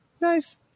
Nice